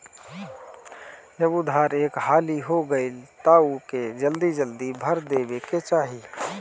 जब उधार एक हाली हो गईल तअ ओके जल्दी जल्दी भर देवे के चाही